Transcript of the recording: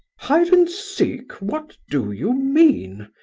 hide-and-seek? what do you mean?